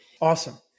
Awesome